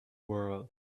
world